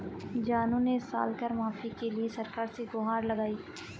जानू ने इस साल कर माफी के लिए सरकार से गुहार लगाई